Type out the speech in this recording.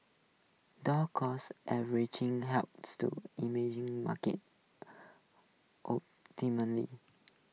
dollar cost averaging helps to market